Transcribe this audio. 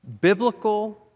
biblical